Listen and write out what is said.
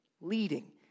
leading